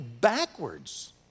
backwards